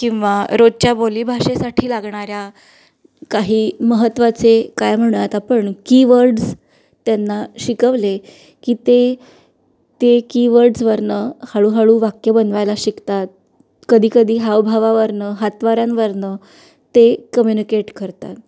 किंवा रोजच्या बोलीभाषेसाठी लागणाऱ्या काही महत्त्वाचे काय म्हणूयात आपण की वर्ड्स त्यांना शिकवले की ते की वर्ड्सवरनं हळूहळू वाक्य बनवायला शिकतात कधीकधी हावभावावरनं हातवाऱ्यांवरनं ते कम्युनिकेट करतात